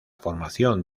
formación